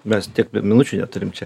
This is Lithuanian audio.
mes tiek minučių neturim čia